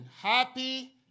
happy